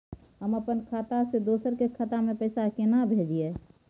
हम अपन खाता से दोसर के खाता में पैसा केना भेजिए?